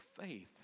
faith